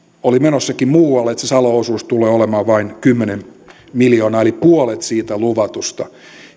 olikin menossa muualle ja että se salon osuus tulee olemaan vain kymmenen miljoonaa eli puolet siitä luvatusta